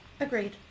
Agreed